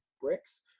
bricks